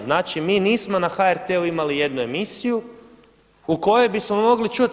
Znači mi nismo na HRT-u imali jednu emisiju u kojoj bismo mogli čuti.